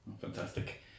fantastic